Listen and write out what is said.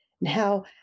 Now